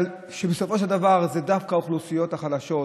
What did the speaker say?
שבסופו של דבר זה דווקא האוכלוסיות החלשות,